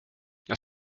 jag